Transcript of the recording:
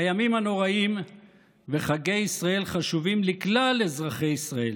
הימים הנוראים וחגי ישראל חשובים לכלל אזרחי ישראל,